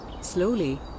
Slowly